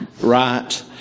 right